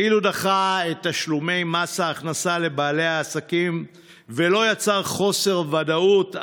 אילו דחה את תשלומי מס הכנסה לבעלי העסקים ולא יצר חוסר ודאות,